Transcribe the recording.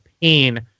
pain